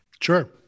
Sure